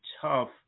tough